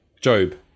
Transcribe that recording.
Job